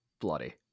bloody